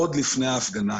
עוד לפני ההפגנה.